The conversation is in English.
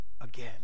again